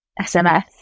SMS